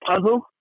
puzzle